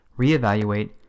reevaluate